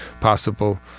possible